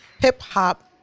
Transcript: Hip-hop